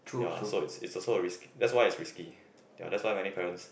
ya so it's it's also a risk that's why it's risky ya that's why many parents